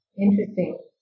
Interesting